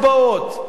הצבעות,